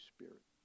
Spirit